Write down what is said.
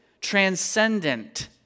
transcendent